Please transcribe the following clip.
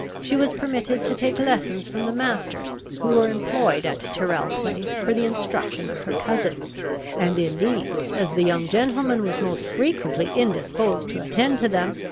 she was permitted to take lessons from the masters who were employed at tyrrel place for the instruction of her cousin and indeed, as the young gentleman was most frequently indisposed to attend to them,